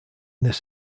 this